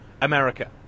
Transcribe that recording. America